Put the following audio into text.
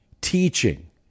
teaching